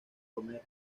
romero